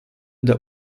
der